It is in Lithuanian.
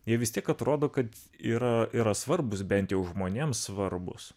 jie vis tiek atrodo kad yra yra svarbūs bent jau žmonėms svarbūs